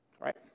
right